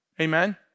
amen